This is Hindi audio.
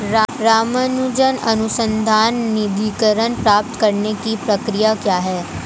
रामानुजन अनुसंधान निधीकरण प्राप्त करने की प्रक्रिया क्या है?